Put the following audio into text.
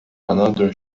another